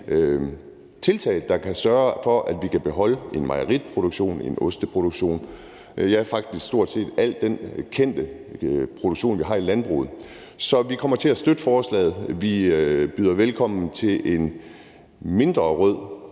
tiltag, der kan sørge for, at vi kan beholde en mejeriproduktion, en osteproduktion, ja, faktisk stort set al den kendte produktion, vi har i landbruget. Så vi kommer til at støtte forslaget. Vi byder velkommen til en